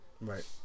Right